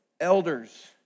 elders